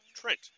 Trent